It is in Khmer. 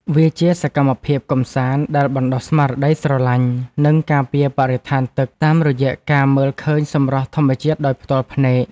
វាជាសកម្មភាពកម្សាន្តដែលបណ្ដុះស្មារតីស្រឡាញ់ និងការពារបរិស្ថានទឹក តាមរយៈការមើលឃើញសម្រស់ធម្មជាតិដោយផ្ទាល់ភ្នែក។